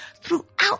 throughout